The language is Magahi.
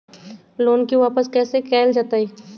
लोन के वापस कैसे कैल जतय?